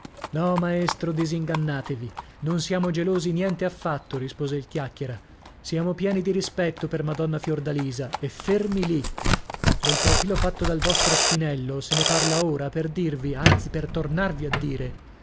no maestro disingannatevi non siamo gelosi niente affatto rispose il chiacchiera siamo pieni di rispetto per madonna fiordalisa e fermi lì del profilo fatto dal vostro spinello se ne parla ora per dirvi anzi per tornarvi a dire